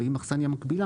והאם אכסניה מקבילה